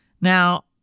Now